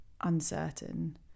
uncertain